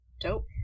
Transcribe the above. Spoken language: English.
Dope